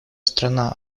страна